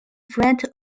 front